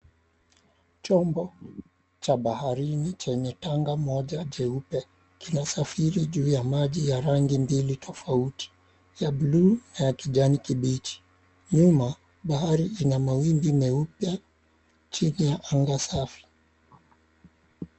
Chombo cha baharini chenye tanga moja jeupe kina safiri juu ya maji ya rangi mbili tofauti, ya blue na ya kijani kibichi. Nyuma, bahari ina mawimbi meupe chini ya anga safi.